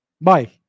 Bye